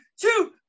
two